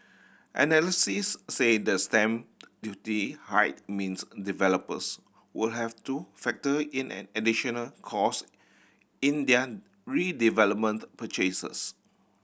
analyses said the stamp duty hike means developers would have to factor in an additional cost in their redevelopment purchases